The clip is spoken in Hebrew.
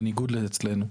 בניגוד לאצלנו.